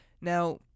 now